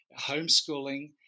homeschooling